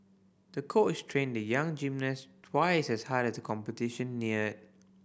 the coach trained the young gymnast twice as hard as the competition neared